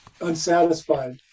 unsatisfied